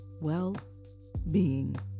well-being